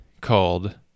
called